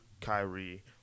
Kyrie